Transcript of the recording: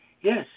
Yes